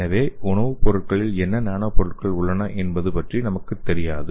எனவே உணவுப் பொருட்களில் என்ன நானோ பொருட்கள் உள்ளன என்பது பற்றி நமக்குத் தெரியாது